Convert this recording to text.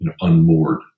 unmoored